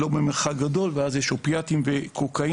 לא במרחק גדול ואז יש אופיאטים וקוקאין,